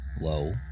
low